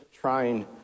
trying